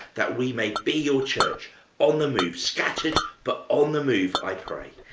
that we may be your church on the move, scattered, but on the move, i pray.